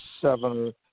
seven